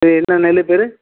அது என்ன நெல் பேர்